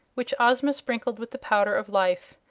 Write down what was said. which ozma sprinkled with the powder of life.